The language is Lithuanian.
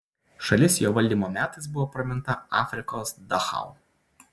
šalis jo valdymo metais buvo praminta afrikos dachau